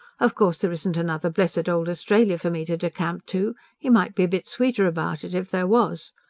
of course there isn't another blessed old australia for me to decamp to he might be a bit sweeter about it, if there was.